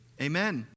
amen